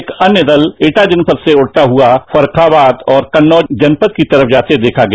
एक अन्य दल एटा जनपद से उड़ता हुआ फर्रुखाबाद और कन्नौज जनपद की तरफ जाते देखा गया